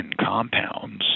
compounds